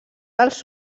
als